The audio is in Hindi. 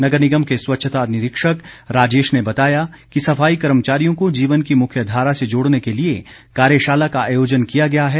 नगर निगम के स्वच्छता निरीक्षक राजेश ने बताया कि सफाई कर्मचारियों को जीवन की मुख्य धारा से जोड़ने के लिए कार्यशाला का आयोजन किया गया है